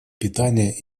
питания